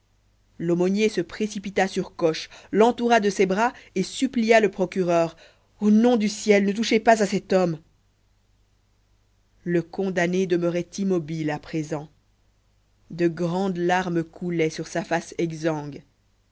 l'aumônier se précipita sur coche l'entoura de ses bras et supplia le procureur au nom du ciel ne touchez pas à cet homme le condamné demeurait immobile à présent de grandes larmes coulaient sur sa face